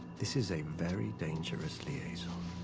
this is a very dangerous liaison.